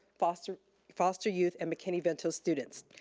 foster foster youth and mckinney-vento students.